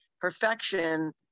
Perfection